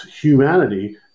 humanity